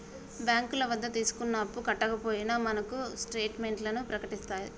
బ్యాంకుల వద్ద తీసుకున్న అప్పు కట్టకపోయినా మనకు స్టేట్ మెంట్లను ప్రకటిత్తారు